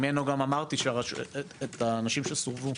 ממנו גם אמרתי את האנשים שסורבו.